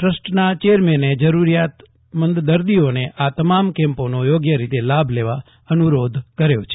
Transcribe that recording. ટ્રસ્ટના ચેરમેન વિજય છેડાએ જરૂરિયાતમંદ દર્દીઓને આ તમામ કેમ્પોનો યોગ્ય રીતે લાભ લેવા અનુરોધ કર્યો છે